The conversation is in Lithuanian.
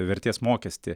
vertės mokestį